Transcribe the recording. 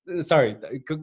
sorry